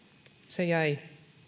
se jäi